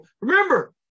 Remember